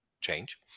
change